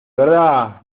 verdad